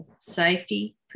safety